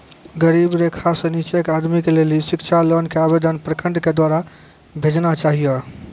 गरीबी रेखा से नीचे के आदमी के लेली शिक्षा लोन के आवेदन प्रखंड के द्वारा भेजना चाहियौ?